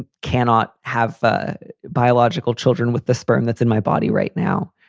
and cannot have ah biological children with the sperm that's in my body right now.